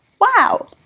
Wow